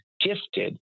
gifted